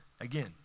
Again